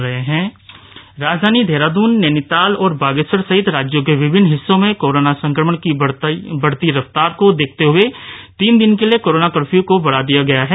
lock down राजधानी देहरादून नैनीताल और बागेश्वर सहित राज्यों के विभिन्न हिस्सों में कोरोना संक्रमण की बढ़ती रफ्तार को देखते हुए तीन दिन के लिए कोरोना कर्फ्यू बढ़ा दिया गया है